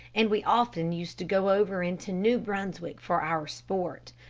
and we often used to go over into new brunswick for our sport.